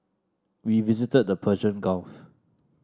we visited the Persian Gulf